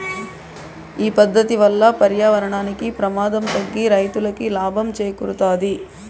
ఈ పద్దతి వల్ల పర్యావరణానికి ప్రమాదం తగ్గి రైతులకి లాభం చేకూరుతాది